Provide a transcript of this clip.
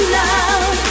love